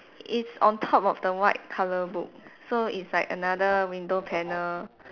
it's on top of the white colour book so it's like another window panel